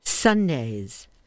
Sundays